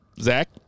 Zach